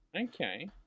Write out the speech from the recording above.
okay